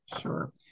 Sure